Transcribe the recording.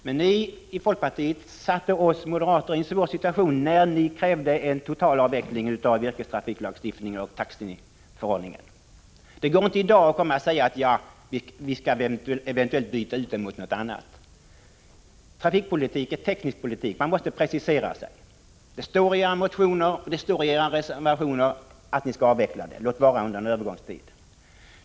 Men ni i folkpartiet satte oss moderater i en svår situation när ni krävde total avveckling av yrkestrafiklagstiftningen och taxiförordningen. Det går inte i dag att säga: Vi skall eventuellt byta ut den mot något annat. Trafikpolitik är teknisk politik — man måste precisera sig. Det står i era motioner och i era reservationer att det skall ske en avveckling, låt vara under en övergångstid.